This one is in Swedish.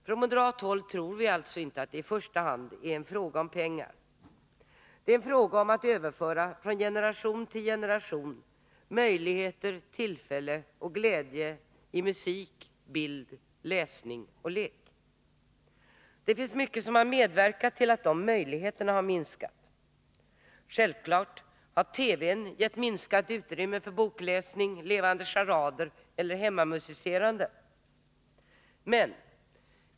Från moderat håll tror vi alltså inte att det i första hand är fråga om pengar. Det är fråga om att från generation till generation överföra möjligheter för människor att uppleva glädjen i musik, bild, läsning och lek. Det finns mycket som har medverkat till att de möjligheterna har minskat. Självfallet har TV-n gett minskat utrymme för bokläsning, levande charader och hemmamusicerande.